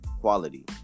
quality